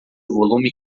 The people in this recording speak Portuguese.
volume